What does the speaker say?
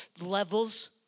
levels